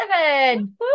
seven